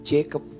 Jacob